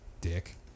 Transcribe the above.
Dick